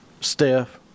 Steph